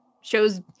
shows